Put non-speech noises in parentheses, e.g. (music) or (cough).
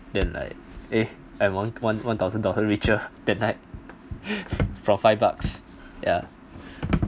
then like eh I'm one one one thousand dollar richer that night (laughs) for five bucks ya